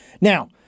Now